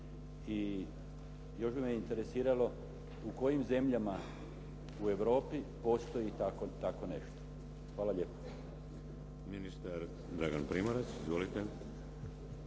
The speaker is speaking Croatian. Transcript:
I još bi me interesiralo u kojim zemljama u Europi postoji tako nešto. Hvala lijepo.